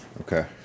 Okay